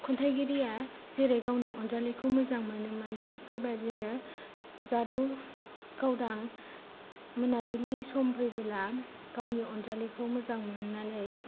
खन्थाइगिरिआ जेरै गावनि अनजालिखौ मोजां मोनोमोन थिग बेबायदिनो जारौ गावदां मोनाबिलि सम फैबोला गावनि अनजालिखौ मोजां मोननानै